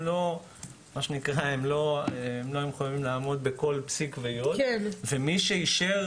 הם לא היו מחויבים לעמוד בכל פסיק ויו"ד ומי שאישר